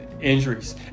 injuries